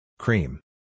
Cream